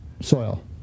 soil